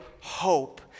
hope